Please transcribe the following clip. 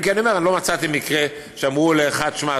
אם כי אני אומר שלא מצאתי מקרה שאמרו לאחד: שמע,